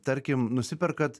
tarkim nusiperkat